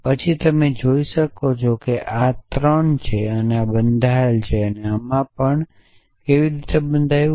પછી તમે જોઈ શકો છો કે આ આ 3 છે આ બંધાયેલ છે અને આ પણ કેમ બંધાયેલું છે